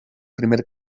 primer